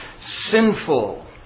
sinful